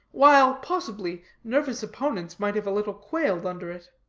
while, possibly, nervous opponents might have a little quailed under it.